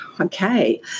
okay